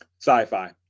Sci-fi